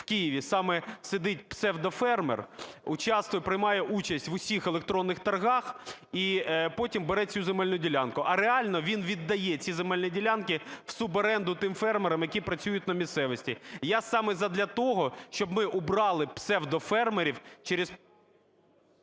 в Києві саме сидить псевдофермер, приймає участь в усіх електронних торгах і потім бере цю земельну ділянку. А реально він віддає ці земельні ділянки в суборенду тим фермерам, які працюють на місцевості. Я саме задля того, щоб ми прибрали псевдофермерів через…